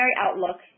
outlook